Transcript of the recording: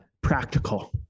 practical